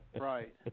Right